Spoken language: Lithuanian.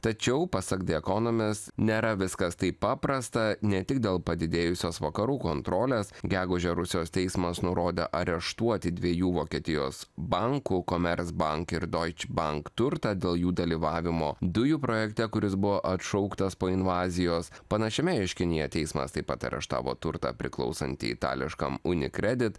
tačiau pasak de ekonomist nėra viskas taip paprasta ne tik dėl padidėjusios vakarų kontrolės gegužę rusijos teismas nurodė areštuoti dviejų vokietijos bankų komers bank ir doič bank turtą dėl jų dalyvavimo dujų projekte kuris buvo atšauktas po invazijos panašiame ieškinyje teismas taip pat areštavo turtą priklausantį itališkam unikredit